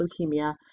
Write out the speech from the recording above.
leukemia